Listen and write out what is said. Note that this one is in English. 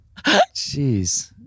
Jeez